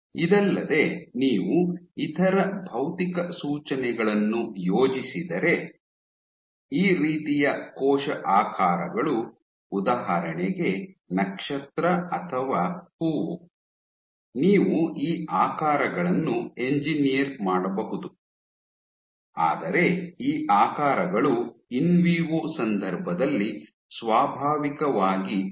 ಇದಲ್ಲದೆ ನೀವು ಇತರ ಭೌತಿಕ ಸೂಚನೆಗಳನ್ನು ಯೋಚಿಸಿದರೆ ಈ ರೀತಿಯ ಕೋಶ ಆಕಾರಗಳು ಉದಾಹರಣೆಗೆ ನಕ್ಷತ್ರ ಅಥವಾ ಹೂವು ನೀವು ಈ ಆಕಾರಗಳನ್ನು ಎಂಜಿನಿಯರ್ ಮಾಡಬಹುದು ಆದರೆ ಈ ಆಕಾರಗಳು ಇನ್ವಿವೊ ಸಂದರ್ಭದಲ್ಲಿ ಸ್ವಾಭಾವಿಕವಾಗಿ ಸಂಭವಿಸುವುದಿಲ್ಲ